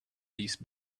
these